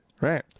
right